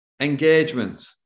engagement